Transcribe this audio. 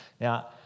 Now